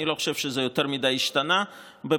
אני לא חושב שזה יותר מדי השתנה בפרלמנטים,